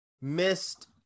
missed